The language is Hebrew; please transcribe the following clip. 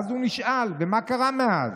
ואז הוא נשאל: "מה קרה מאז?"